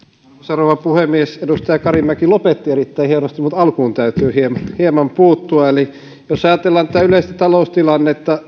rouva puhemies edustaja karimäki lopetti erittäin hienosti mutta alkuun täytyy hieman puuttua jos ajatellaan tätä yleistä taloustilannetta